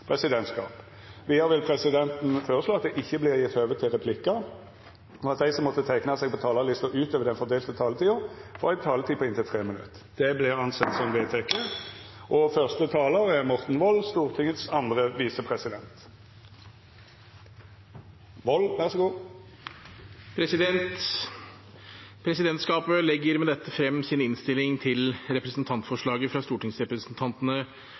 presidentskap. Vidare vil presidenten føreslå at det ikkje vert gjeve høve til replikkar, og at dei som måtte teikna seg på talarlista utover den fordelte taletida, får ei taletid på inntil 3 minutt. – Det er vedteke. Presidentskapet legger med dette frem sin innstilling til representantforslaget